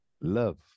Love